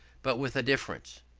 but with a difference.